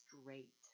straight